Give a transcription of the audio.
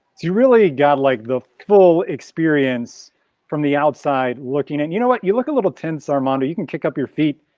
you really got like the full experience from the outside looking and you know what you look a little tense armando, you can kick up your feet.